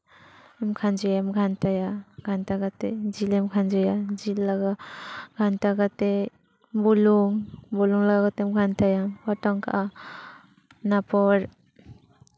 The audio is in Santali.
ᱠᱷᱟᱸᱡᱚᱭᱟ ᱜᱷᱟᱱᱴᱟᱭᱟ ᱜᱷᱟᱱᱴᱟ ᱠᱟᱛᱮᱫ ᱡᱤᱞ ᱮᱢ ᱠᱷᱟᱸᱡᱚᱭᱟ ᱡᱤᱞ ᱞᱟᱜᱟ ᱜᱷᱟᱱᱴᱟ ᱠᱟᱛᱮᱫ ᱵᱩᱞᱩᱝ ᱵᱩᱞᱩᱝ ᱞᱟᱜᱟᱣ ᱠᱟᱛᱮᱢ ᱜᱷᱟᱸᱱᱴᱟᱭᱟᱢ ᱯᱚᱴᱚᱢ ᱠᱟᱜᱼᱟᱢ ᱚᱱᱟ ᱯᱚᱨ